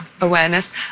awareness